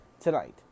tonight